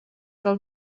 del